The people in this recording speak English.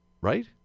Right